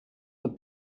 for